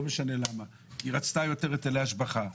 לא משנה למה היא רצתה יותר היטלי השבחה.